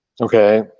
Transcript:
Okay